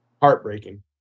heartbreaking